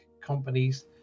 companies